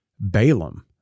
balaam